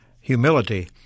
humility